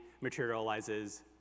materializes